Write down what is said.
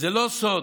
זה לא סוד